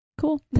cool